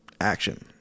action